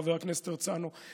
חבר הכנסת הרצנו.